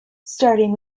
starting